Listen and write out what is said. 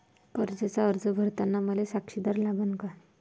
कर्जाचा अर्ज करताना मले साक्षीदार लागन का?